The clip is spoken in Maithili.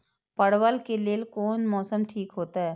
परवल के लेल कोन मौसम ठीक होते?